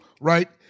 right